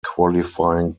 qualifying